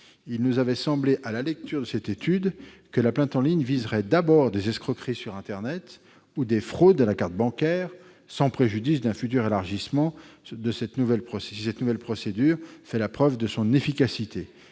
Il nous avait semblé, à la lecture de l'étude d'impact, que la plainte en ligne viserait d'abord des escroqueries sur internet ou des fraudes à la carte bancaire, sans préjudice d'un futur élargissement de cette nouvelle procédure, si elle fait la preuve de son efficacité.